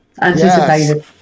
anticipated